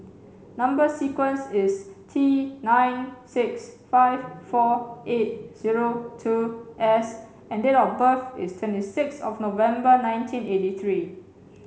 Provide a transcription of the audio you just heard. number sequence is T nine six five four eight zero two S and date of birth is twenty six thof November nineteen eighty three